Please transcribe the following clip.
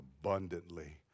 abundantly